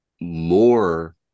more